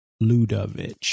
Ludovic